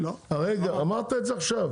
הרגע אמרת את זה עכשיו.